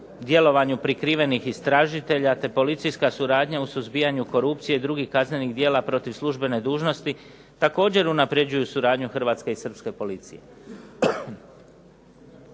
djelovanju prikrivenih istražitelja, te policijska suradnja u suzbijanju korupcije i drugih kaznenih djela protiv službene dužnosti, također unapređuju suradnju hrvatske i srpske policije.